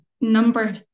number